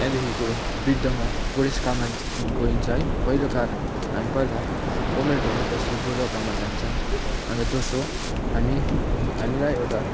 त्यहाँदेखिको वृद्धमा बुढेसकालमा गइन्छ है पहिलो कारण हामी पहिला उमेर ढलेपछि बुढापामा जान्छ अनि दोस्रो हामी हामीलाई एउटा